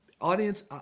Audience